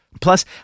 Plus